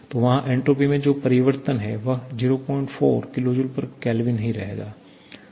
तो वहा एन्ट्रापी में जो परिवर्तन है वह 04 kJK ही रहेगा